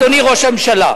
אדוני ראש הממשלה,